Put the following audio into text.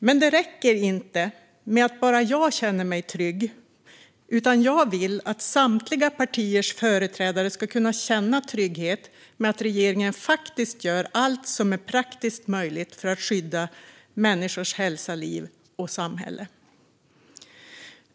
Men det räcker inte att bara jag känner mig trygg, utan jag vill att samtliga partiers företrädare ska kunna känna trygghet med att regeringen faktiskt gör allt som är praktiskt möjligt för att skydda människors hälsa och liv och samhället.